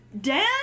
Dan